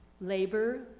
labor